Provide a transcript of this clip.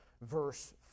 verse